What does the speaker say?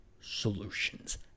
solutions